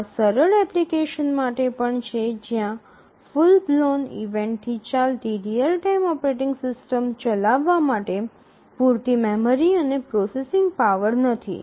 આ સરળ એપ્લિકેશન માટે પણ છે જ્યાં ફૂલ બ્લોન ઇવેન્ટથી ચાલતી રીઅલ ટાઇમ ઓપરેટિંગ સિસ્ટમ ચલાવવા માટે પૂરતી મેમરી અને પ્રોસેસિંગ પાવર નથી